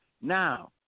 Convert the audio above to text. Now